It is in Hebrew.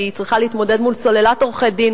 שהיא צריכה להתמודד מול סוללת עורכי-דין,